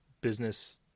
business